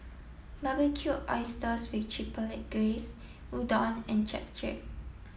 Barbecued Oysters with Chipotle Glaze Udon and Japchae